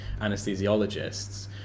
anesthesiologists